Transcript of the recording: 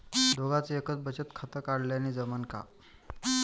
दोघाच एकच बचत खातं काढाले जमनं का?